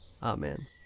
Amen